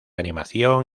animación